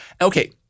Okay